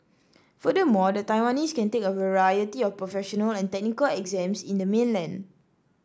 furthermore the Taiwanese can take a variety of professional and technical exams in the mainland